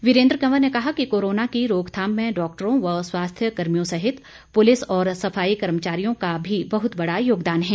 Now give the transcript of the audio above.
वीरेंद्र कंवर ने कहा कि कोरोना की रोकथाम में डॉक्टरों व स्वास्थ्य कर्मियों सहित पुलिस और सफाई कर्मचारियों का भी बहुत बड़ा योगदान है